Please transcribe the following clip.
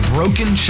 Broken